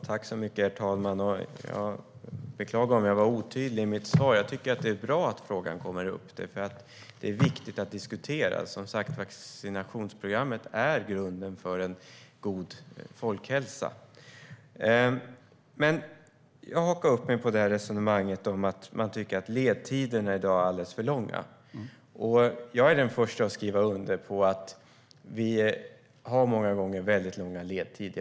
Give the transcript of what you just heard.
Herr talman! Jag beklagar om jag var otydlig i mitt svar. Jag tycker att det är bra att frågan kommer upp. Det är viktigt att det diskuteras. Vaccinationsprogrammet är grunden för en god folkhälsa. Jag hakade upp mig på resonemanget att man tycker att ledtiderna i dag är alldeles för långa. Jag är den första att skriva under på att vi många gånger har väldigt långa ledtider.